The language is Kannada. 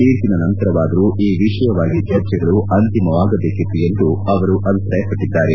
ತೀರ್ಪಿನ ನಂತರವಾದರೂ ಈ ವಿಷಯವಾಗಿ ಚರ್ಚೆಗಳು ಅಂತಿಮವಾಗಬೇಳಿತ್ತು ಎಂದು ಅಭಿಪ್ರಾಯಪಟ್ಟಿದ್ದಾರೆ